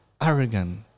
arrogant